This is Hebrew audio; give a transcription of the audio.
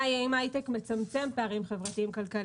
האם ההייטק מצמצם פערים חברתיים-כלכליים